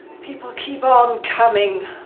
people keep on coming.